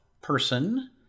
person